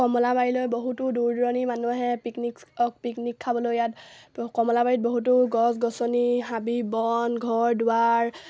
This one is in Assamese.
কমলাবাৰীলৈ বহুতো দূৰ দূৰণিৰ মানুহ আহে পিকনিক অ' পিকনিক খাবলৈ ইয়াত কমলাবাৰীত বহুতো গছ গছনি হাবি বন ঘৰ দুৱাৰ